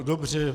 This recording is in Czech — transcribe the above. Dobře.